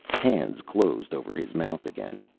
hands closed over his mouth again.